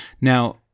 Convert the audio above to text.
Now